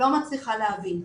לא מצליחה להבין.